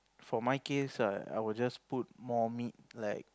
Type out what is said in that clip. for my case ah I will just put more meat like